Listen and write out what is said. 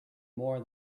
more